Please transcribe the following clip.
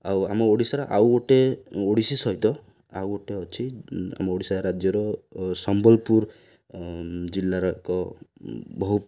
ଆଉ ଆମ ଓଡ଼ିଶାର ଆଉ ଗୋଟେ ଓଡ଼ିଶୀ ସହିତ ଆଉ ଗୋଟେ ଅଛି ଆମ ଓଡ଼ିଶା ରାଜ୍ୟର ସମ୍ବଲପୁର ଜିଲ୍ଲାର ଏକ ବହୁ